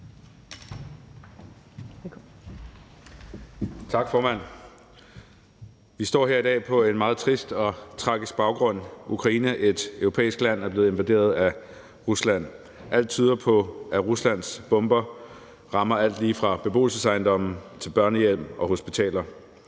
Tak, formand. Vi står her i dag på en meget trist og tragisk baggrund. Ukraine, et europæisk land, er blevet invaderet af Rusland. Alt tyder på, at Ruslands bomber rammer alt lige fra beboelsesejendomme til børnehjem og hospitaler.